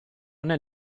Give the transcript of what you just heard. nel